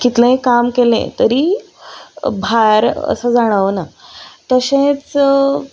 कितलेंय काम केलें तरी भार असो जाणवना तशेंच